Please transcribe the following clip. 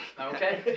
Okay